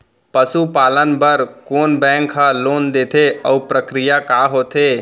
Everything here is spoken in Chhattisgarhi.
पसु पालन बर कोन बैंक ह लोन देथे अऊ प्रक्रिया का होथे?